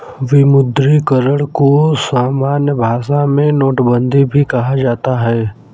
विमुद्रीकरण को सामान्य भाषा में नोटबन्दी भी कहा जाता है